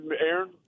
Aaron